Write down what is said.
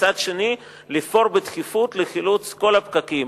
ובצד שני לפעול בדחיפות לחילוץ כל הפקקים,